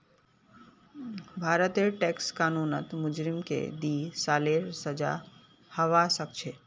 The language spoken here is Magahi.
भारतेर टैक्स कानूनत मुजरिमक दी सालेर सजा हबा सखछे